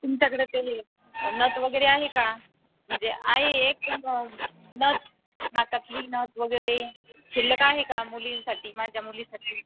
तुमच्याकडं ते नथ वगैरे आहे का म्हणजे आहे एक नथ नाकातली नथ वगैरे शिल्लक आहे का मुलींसाठी माझ्या मुलीसाठी